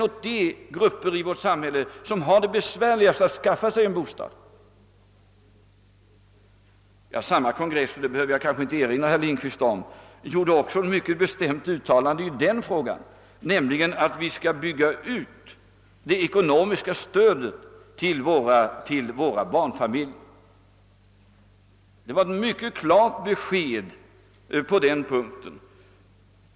Det är ju den gruppisamhället som har det besvärligast att skaffa sig bostad. Jag behöver kanske inte erinra herr Lindkvist om att det på samma kongress gjordes ett mycket bestämt uttalande i den frågan, nämligen att vi skall bygga ut det ekonomiska stödet till våra barnfamiljer. Det var ett mycket klart besked som lämnades på den punkten.